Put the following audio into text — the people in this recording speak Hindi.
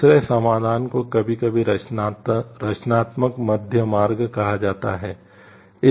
दूसरे समाधान को कभी कभी रचनात्मक मध्य मार्ग कहा जाता है